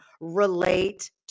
relate